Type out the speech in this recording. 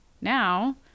now